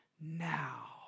now